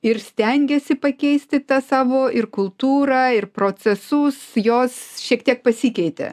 ir stengėsi pakeisti tą savo ir kultūrą ir procesus jos šiek tiek pasikeitė